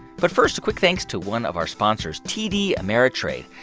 but first, a quick thanks to one of our sponsors, td ameritrade.